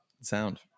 sound